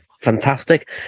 fantastic